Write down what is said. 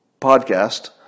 podcast